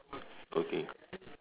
okay